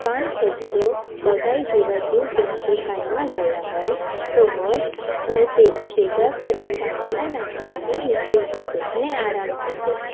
કાન ખજૂરો બગાઈ જેવા જીવજંતુ કાનમાં ગયા હોય તો મધ અને તેલ ભેગાં કરી કાનમાં નાખવાથી નીકળી જશે અને આરામ થશે